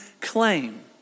claim